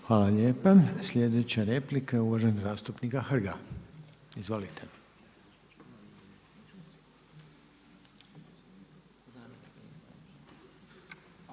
Hvala. Sljedeća replika je uvaženog zastupnika Branka Grčića.